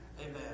Amen